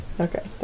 Okay